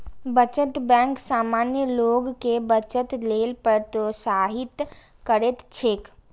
बचत बैंक सामान्य लोग कें बचत लेल प्रोत्साहित करैत छैक